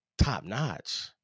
top-notch